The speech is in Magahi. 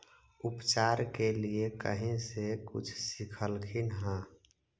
उपचार के लीये कहीं से कुछ सिखलखिन हा?